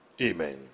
amen